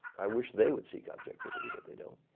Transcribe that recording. i wish they would seek objectivity, but they don't.